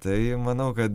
tai manau kad